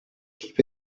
keep